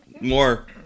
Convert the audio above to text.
More